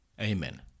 Amen